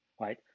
right